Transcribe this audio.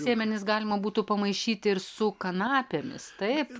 sėmenis galima būtų pamaišyti ir su kanapėmis taip